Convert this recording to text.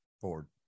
forward